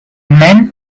man